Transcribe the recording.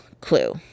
clue